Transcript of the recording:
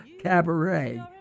Cabaret